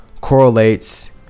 correlates